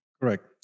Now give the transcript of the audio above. Correct